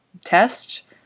test